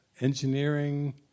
Engineering